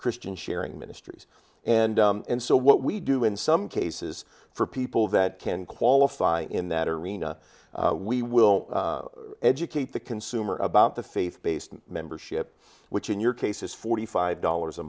christian sharing ministries and and so what we do in some cases for people that can qualify in that arena we will educate the consumer about the faith based membership which in your case is forty five dollars a